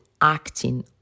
acting